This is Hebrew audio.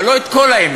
אבל לא את כל האמת,